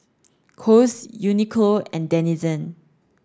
Kose Uniqlo and Denizen